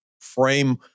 frame